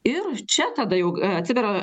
ir čia tada jau atsiveria